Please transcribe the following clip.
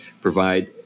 provide